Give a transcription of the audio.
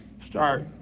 start